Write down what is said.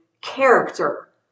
character